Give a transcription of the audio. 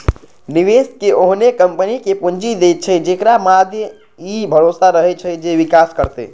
निवेशक ओहने कंपनी कें पूंजी दै छै, जेकरा मादे ई भरोसा रहै छै जे विकास करतै